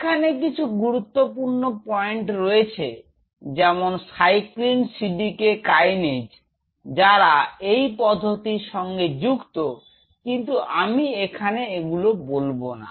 এখানে কিছু গুরুত্বপূর্ণ পয়েন্ট রয়েছে যেমন সাইক্লিন cdk কাইনেজ যারা এই পদ্ধতির সঙ্গে যুক্ত কিন্তু আমি এখানে এগুলো বলবো না